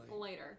later